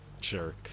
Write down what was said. Sure